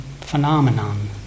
phenomenon